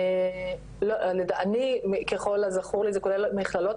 אני ככל הזכור לי זה כולל מכללות